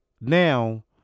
now